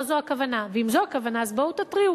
לא זו הכוונה, ואם זו הכוונה, אז בואו תתריעו.